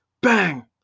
Bang